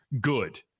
Good